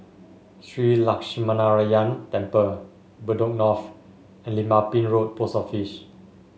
Shree Lakshminarayanan Temple Bedok North and Lim Ah Pin Road Post Office